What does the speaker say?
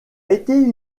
été